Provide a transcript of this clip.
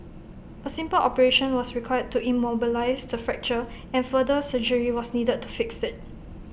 A simple operation was required to immobilise the fracture and further surgery was needed to fix IT